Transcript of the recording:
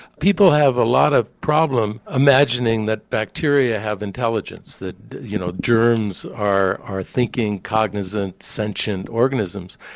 people have a lot of problem imagining that bacteria have intelligence, that you know germs are are thinking, cognizant, sentient organisms.